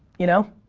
you know?